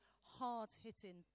hard-hitting